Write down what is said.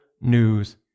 news